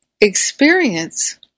experience